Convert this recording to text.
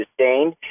sustained